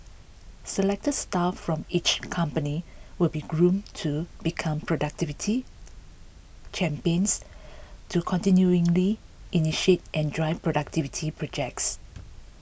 selected staff from each company will be groomed to become productivity champions to continually initiate and drive productivity projects